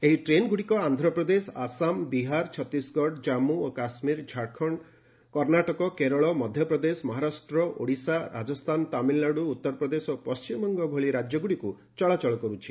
ଏହି ଟ୍ରେନ୍ଗୁଡ଼ିକ ଆନ୍ଧ୍ରପ୍ରଦେଶ ଆସାମ ବିହାର ଛତିଶଗଡ଼ ଜାମ୍ମୁ ଓ କାଶ୍ମୀର ଝାଡ଼ଖଣ୍ଡ କର୍ଷ୍ଣାଟକ କେରଳ ମଧ୍ୟପ୍ରଦେଶ ମହାରାଷ୍ଟ୍ର ଓଡ଼ିଶା ରାଜସ୍ଥାନ ତାମିଲନାଡ଼ୁ ଉତ୍ତରପ୍ରଦେଶ ଓ ପଣ୍ଢିମବଙ୍ଗ ଭଳି ରାଜ୍ୟଗୁଡ଼ିକୁ ଚଳାଚଳ କର୍ୁଛି